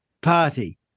party